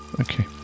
Okay